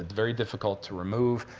very difficult to remove,